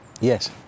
Yes